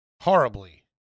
Horribly